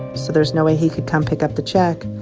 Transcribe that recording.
so there's no way he could come pick up the check.